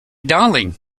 darling